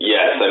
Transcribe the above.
Yes